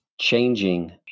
changing